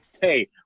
hey